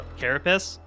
carapace